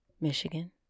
Michigan